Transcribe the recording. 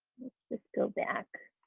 let's go back.